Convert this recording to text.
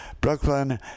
Brooklyn